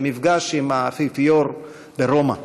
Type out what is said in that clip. למפגש עם האפיפיור ברומא.